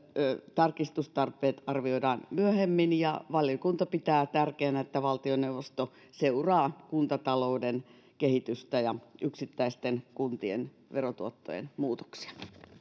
tarkistustarpeet arvioidaan myöhemmin valiokunta pitää tärkeänä että valtioneuvosto seuraa kuntatalouden kehitystä ja yksittäisten kuntien verotuottojen muutoksia